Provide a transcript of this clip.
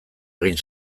egin